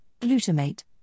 glutamate